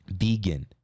Vegan